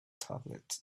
tablet